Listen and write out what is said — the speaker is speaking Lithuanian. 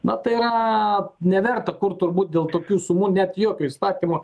na tai yra neverta kur turbūt dėl tokių sumų net jokio įstatymo